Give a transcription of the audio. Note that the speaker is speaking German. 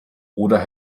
oder